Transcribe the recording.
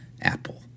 Apple